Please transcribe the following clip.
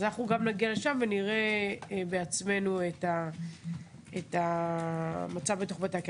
אז נגיע לשם ונראה בעצמנו את המצב בתוך בתי הכלא.